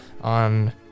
on